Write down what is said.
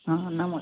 हाँ हाँ नमस्ते